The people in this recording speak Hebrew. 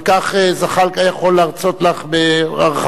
על כך זחאלקה יכול להרצות לך בהרחבה.